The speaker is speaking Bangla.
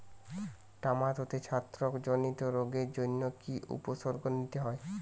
টমেটোতে ছত্রাক জনিত রোগের জন্য কি উপসর্গ নিতে হয়?